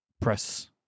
press